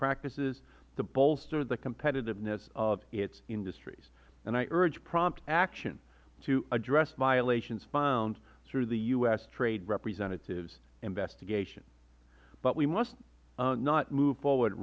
practices to bolster the competitiveness of its industries and i urge prompt action to address violations found through the u s trade representative's investigation but we must not move forward